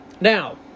Now